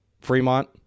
Fremont